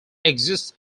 exist